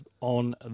on